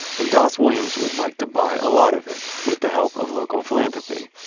and das williams would like to buy a lot of it, with the help of local philanthropy.